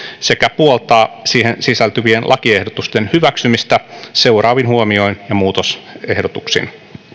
sekä puoltaa siihen sisältyvien lakiehdotusten hyväksymistä seuraavin huomioin ja muutosehdotuksin